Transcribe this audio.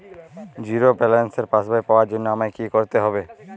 Zero ব্যালেন্সের পাসবই পাওয়ার জন্য আমায় কী করতে হবে?